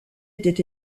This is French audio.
était